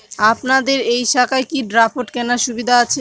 আপনাদের এই শাখায় কি ড্রাফট কেনার সুবিধা আছে?